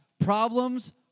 Problems